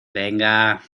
venga